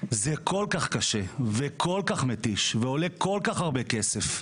אני אומר שזה כל כך קשה וכל כך מתיש ועולה כל כך הרבה כסף.